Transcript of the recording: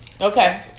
Okay